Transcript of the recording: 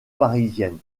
parisienne